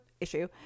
issue